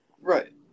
Right